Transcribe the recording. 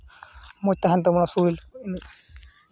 ᱢᱚᱡᱽ ᱛᱟᱦᱮᱱ ᱛᱟᱵᱳᱱᱟ ᱥᱚᱨᱤᱨ